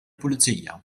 pulizija